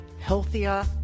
healthier